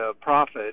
profit